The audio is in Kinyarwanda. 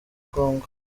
kongo